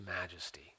majesty